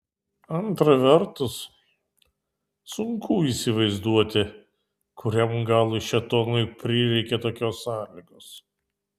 antra vertus sunku įsivaizduoti kuriam galui šėtonui prireikė tokios sąlygos